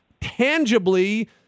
tangibly